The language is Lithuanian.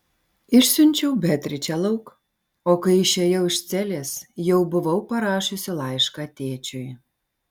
išsiunčiau beatričę lauk o kai išėjau iš celės jau buvau parašiusi laišką tėčiui